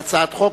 על הצעת חוק,